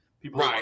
People